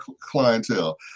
clientele